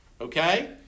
okay